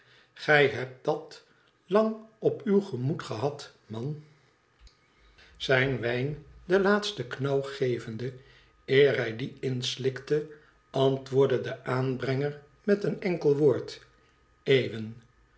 gij hebt dat lang op uw gemoed gehad man zijn wijn den laatsten knauw gevende eer hij dien inslikte antwoordde de aanbrenger met een enkel woord eeuwen